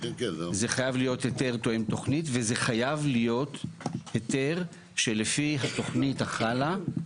זה חייב להיות היתר תואם תוכנית וזה חייב להיות היתר שלפי התוכנית החלה,